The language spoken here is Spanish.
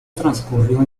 transcurrió